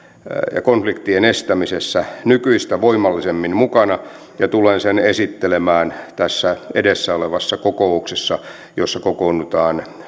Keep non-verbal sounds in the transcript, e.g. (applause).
ja konfliktien estämisessä nykyistä voimallisemmin mukana ja tulen sen esittelemään tässä edessä olevassa kokouksessa jossa kokoonnutaan (unintelligible)